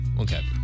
Okay